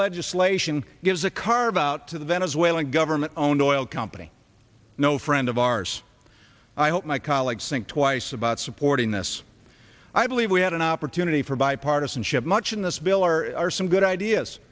legislation gives a carve out to the venezuelan government owned oil company no friend of ours i hope my colleagues think twice about supporting this i believe we had an opportunity for bipartisanship much in this bill or are some good ideas